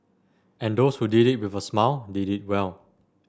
and those who did it with a smile did it well